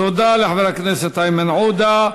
תודה לחבר הכנסת איימן עודה.